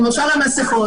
למשל המסכות,